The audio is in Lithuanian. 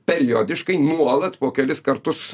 periodiškai nuolat po kelis kartus